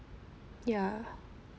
ya